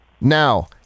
Now